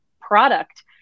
product